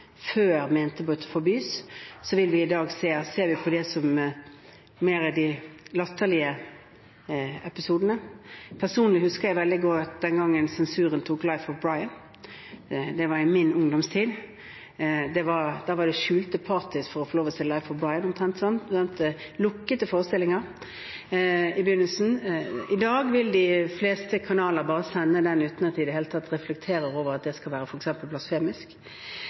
før mente måtte forbys, vil vi i dag mene at det var mer de latterlige episodene. Personlig husker jeg veldig godt den gangen sensuren tok «Life of Brian». Det var i min ungdomstid. Da var det i begynnelsen omtrent skjulte party for å få lov til å se «Life of Brian», i lukkede forestillinger. I dag vil de fleste kanaler bare sende den filmen uten at vi i det hele tatt reflekterer over at det skal være